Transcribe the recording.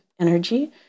Energy